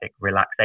relaxation